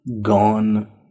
gone